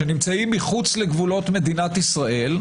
שנמצאים מחוץ לגבולות מדינת ישראל,